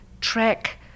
track